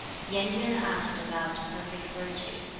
yen yuan asked about perfect virtue.